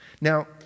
Now